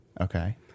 Okay